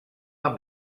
amb